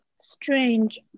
strange